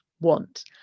want